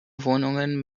wohnungen